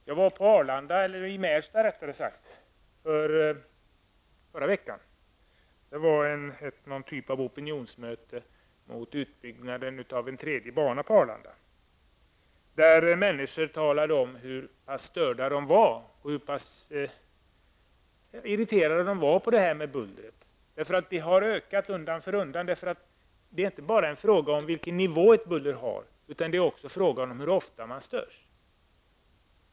Jag var i förra veckan på ett opinionsmöte i Märsta mot utbyggnaden av en tredje bana på Arlanda. Där talade människor om hur störda och irriterade de var på bullret. Det har ökat undan för undan. Det är inte bara fråga om vilken nivå bullret ligger på -- det är också fråga om hur ofta man störs.